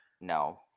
No